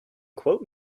quote